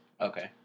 Okay